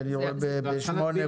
כי אני רואה ב-8 פה.